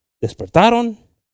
despertaron